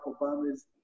obama's